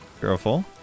Careful